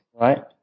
right